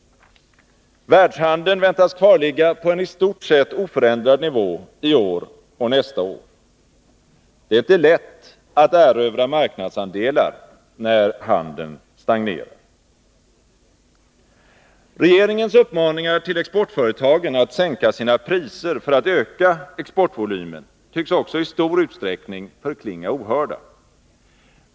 Världshandeln väntas kvarligga på en i stort sett oförändrad nivå i år och nästa år. Det är inte lätt att erövra marknadsandelar när handeln stagnerar. Regeringens uppmaningar till exportföretagen att sänka sina priser för att öka exportvolymen tycks också i stor utsträckning förklinga ohörda.